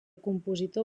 compositor